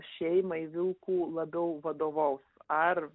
šeimai vilkų labiau vadovaus ar